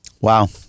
Wow